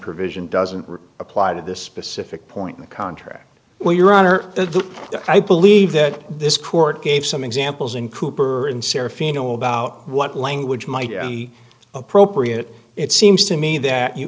provision doesn't apply to this specific point in the contract well your honor i believe that this court gave some examples in cooper and sarah pheno about what language might be appropriate it seems to me that